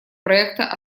проекта